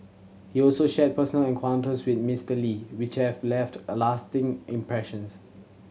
he also shared personal encounters with Mister Lee which have left a lasting impressions